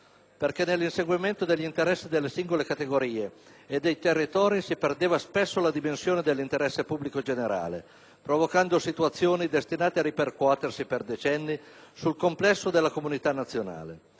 perché nell'inseguimento degli interessi delle singole categorie e dei territori si perdeva spesso la dimensione dell'interesse pubblico generale, provocando situazioni destinate a ripercuotersi per decenni sul complesso della comunità nazionale.